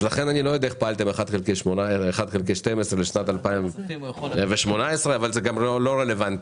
לכן אני לא יודע איך פעלתם 1 חלקי 12 לשנת 2018 אבל זה גם לא רלוונטי,